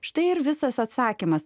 štai ir visas atsakymas